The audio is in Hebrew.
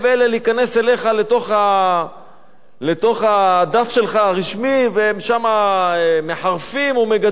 להיכנס אליך לתוך הדף שלך הרשמי והם שם מחרפים ומגדפים?